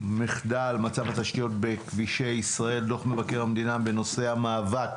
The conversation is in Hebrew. מחדל מצב התשתיות בכבישי ישראל דוח מבקר המדינה בנושא המאבק